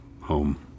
home